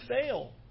fail